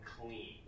clean